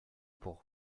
pour